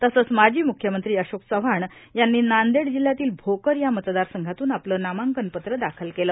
तसंच माजी मुख्यमंत्री अशोक चव्हाण यांनी नांदेड जिल्ह्यातील भोकर या मतदारसंघातून आपलं नामांकनपत्रं दाखल केलं